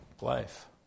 life